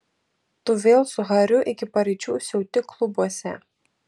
tu vėl su hariu iki paryčių siauti klubuose